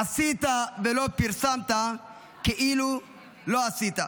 "עשית ולא פרסמת, כאילו לא עשית".